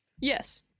Yes